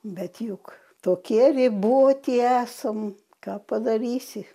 bet juk tokie riboti esam ką padarysi